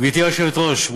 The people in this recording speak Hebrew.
גברתי היושבת-ראש,